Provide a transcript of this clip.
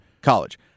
college